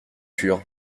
fur